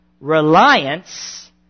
reliance